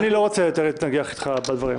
אני לא רוצה יותר להתנגח איתך בדברים האלה.